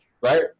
right